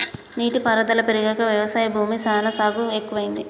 నీటి పారుదల పెరిగాక వ్యవసాయ భూమి సానా సాగు ఎక్కువైంది